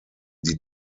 die